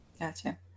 Gotcha